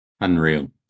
Unreal